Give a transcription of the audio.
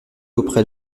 auprès